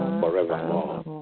forevermore